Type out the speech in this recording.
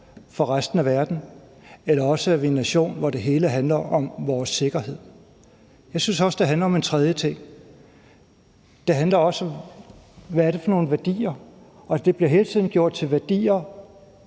for resten af verden, eller også er vi en nation, hvor det hele handler om vores sikkerhed. Jeg synes også, det handler om en tredje ting; det handler også om, hvad det er for nogle værdier. Hvis vi synes, det her lovforslag